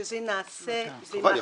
שזה נעשה -- חבל,